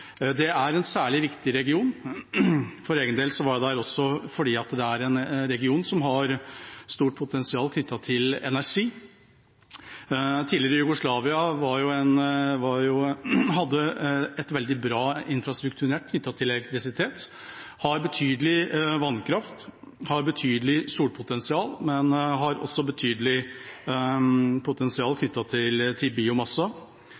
Dette er en særlig viktig region. For egen del var jeg der også fordi dette er en region som har stort potensial knyttet til energi. Det tidligere Jugoslavia hadde et veldig bra infrastrukturnett knyttet til elektrisitet, de har betydelig vannkraft og betydelig solpotensial, men har også betydelig potensial knyttet til biomasse.